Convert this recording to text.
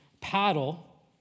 paddle